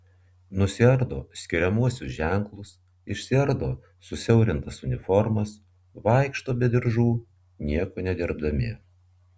nusiardo skiriamuosius ženklus išsiardo susiaurintas uniformas vaikšto be diržų nieko nedirbdami